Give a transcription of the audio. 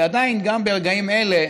ועדיין, גם ברגעים אלה,